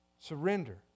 Surrender